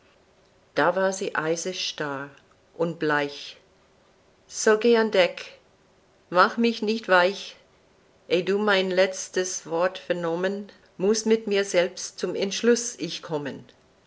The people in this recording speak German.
da ward sie eisesstarr und bleich so geh an deck mach mich nicht weich eh du mein letztes wort vernommen muß mit mir selbst zum entschluß ich kommen